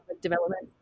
development